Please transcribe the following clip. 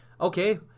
Okay